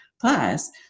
plus